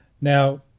Now